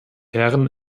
herren